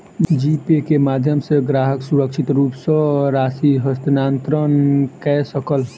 जी Pay के माध्यम सॅ ग्राहक सुरक्षित रूप सॅ राशि हस्तांतरण कय सकल